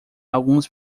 alguns